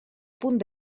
punt